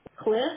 cliff